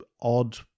odd